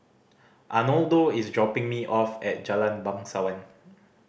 Arnoldo is dropping me off at Jalan Bangsawan